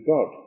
God